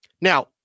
Now